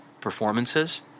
performances